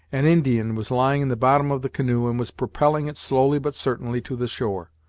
an indian was lying in the bottom of the canoe, and was propelling it slowly but certainly to the shore,